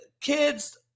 kids